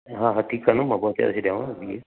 हा हा ठीक आहे न मां पहुंचाए थो छॾियांव हीअ